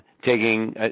taking –